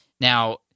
Now